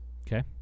Okay